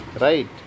right